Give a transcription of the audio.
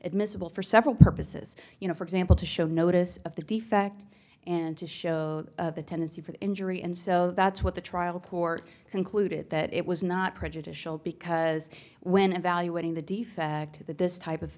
it miscible for several purposes you know for example to show notice of the defect and to show a tendency for injury and so that's what the trial court concluded that it was not prejudicial because when evaluating the defect that this type of